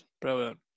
brilliant